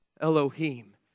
Elohim